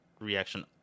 reaction